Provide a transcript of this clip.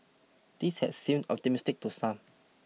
this had seemed optimistic to some